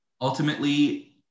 Ultimately